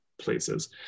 places